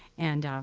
and, um.